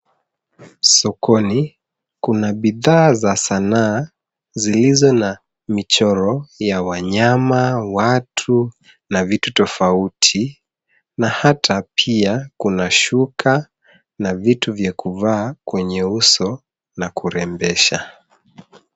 Sokoni, kuna bidhaa za sanaa zilizo na michoro ya wanyama, watu na vitu tofauti na hata pia kuna shuka na vitu vya kuvaa kwenye uso na kurembesha.